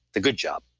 the good job